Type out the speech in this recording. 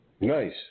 Nice